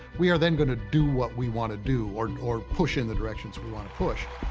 we are then going to do what we want to do, or, or push in the directions we want to push.